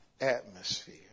Atmosphere